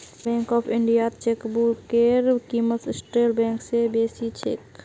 bank of इंडियात चेकबुकेर क़ीमत सेंट्रल बैंक स बेसी छेक